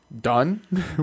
done